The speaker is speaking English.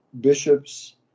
bishops